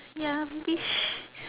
ya fish